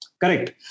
Correct